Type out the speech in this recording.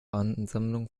ansammlung